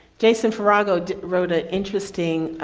jason farago wrote an interesting